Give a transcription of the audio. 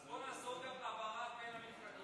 אז בוא נאסור גם העברה בין המפלגות,